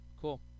cool